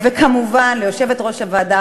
וכמובן ליושבת-ראש הוועדה,